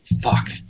Fuck